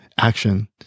action